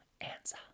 answer